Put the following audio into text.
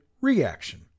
reaction